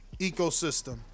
ecosystem